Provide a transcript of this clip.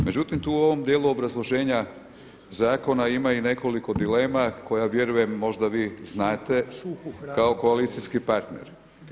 Međutim tu u ovom dijelu obrazloženja zakona ima i nekoliko dilema koje vjerujem možda vi znate kao koalicijski partner.